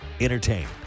Entertain